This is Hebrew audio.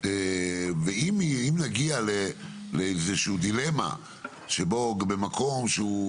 לא יכול להיות מצב שבמקום משטרה ובמקום זה,